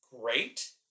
great